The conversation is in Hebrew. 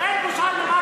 אין בושה?